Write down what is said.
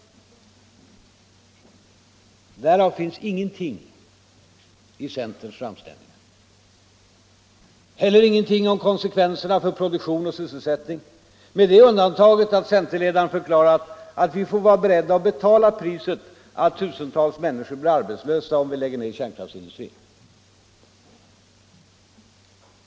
Därav finns ingenting i centerns framställningar. Heller ingenting om konsekvenserna för produktion och sysselsättning, med det undantaget att centerledaren förklarat, att vi får vara beredda att betala priset att tusentals människor blir arbetslösa om vi lägger ner kärnkraftsindustrin.